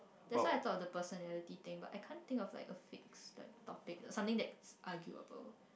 that's why I talk of the personality thing but I can't think of like a fixed topic or something that's arguable